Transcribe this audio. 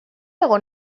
egon